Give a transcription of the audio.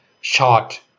short